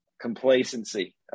complacency